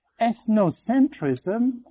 ethnocentrism